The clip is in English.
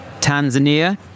Tanzania